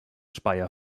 speyer